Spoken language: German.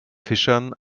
fischern